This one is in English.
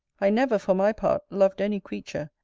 i never, for my part, loved any creature,